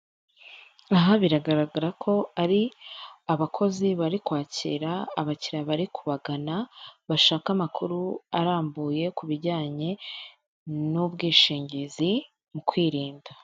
Aha biragaragara ko ari abakozi bari kwakira abakiriya bari kubagana, bashaka amakuru arambuye ku bijyanye n'ubwishingizi mu kwirinda.